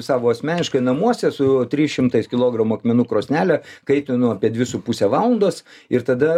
savo asmeniškai namuose su trys šimtais kilogramų akmenų krosnele kaitinu apie dvi su puse valandos ir tada